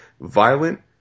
Violent